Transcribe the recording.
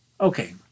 Okay